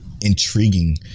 intriguing